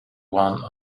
one